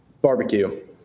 Barbecue